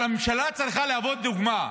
הממשלה צריכה להוות דוגמה,